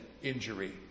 Injury